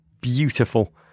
beautiful